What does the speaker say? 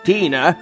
Tina